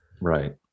Right